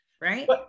right